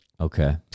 Okay